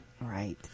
Right